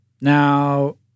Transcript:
Now